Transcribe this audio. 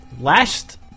Last